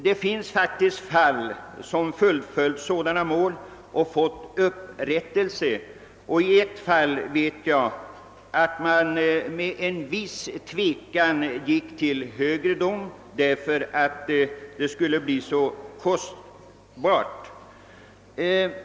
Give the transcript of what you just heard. Det har förekommit fall där den dömde i sådana mål fått upprättelse, och jag känner till att man i ett sådant fall först efter viss tvekan gick till högre instans beroende på att detta skulle bli så kostsamt.